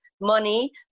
money